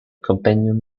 companion